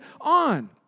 on